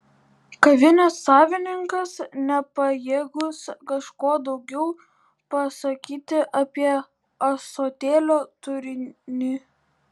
kavinės savininkas nepajėgus kažko daugiau pasakyti apie ąsotėlio turinį